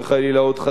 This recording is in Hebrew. עוד חטיפות,